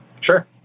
Sure